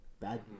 bad